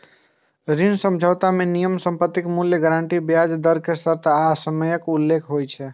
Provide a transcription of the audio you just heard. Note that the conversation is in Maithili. ऋण समझौता मे नियम, संपत्तिक मूल्य, गारंटी, ब्याज दर के शर्त आ समयक उल्लेख होइ छै